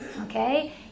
Okay